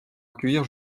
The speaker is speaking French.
accueillir